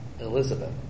Elizabeth